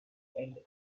atlantis